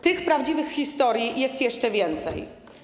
Tych prawdziwych historii jest jeszcze więcej.